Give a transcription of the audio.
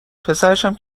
پسرشم